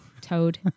Toad